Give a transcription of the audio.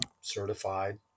certified